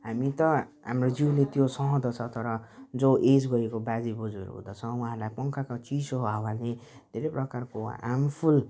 हामी त हाम्रो जिउले त्यो सहँदछ तर जो एज भएको बाजेबोजूहरू हुँदछ उहाँहरूलाई पङ्खाको चिसो हावाले धेरै प्रकारको हार्मफुल